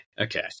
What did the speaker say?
Okay